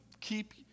keep